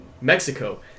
Mexico